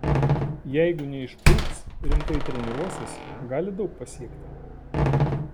jeigu neišpuiks rimtai treniruosis gali daug pasiekti